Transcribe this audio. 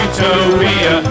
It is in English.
Utopia